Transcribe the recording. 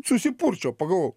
susipurčiau pagavou